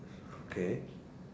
okay